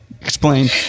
Explain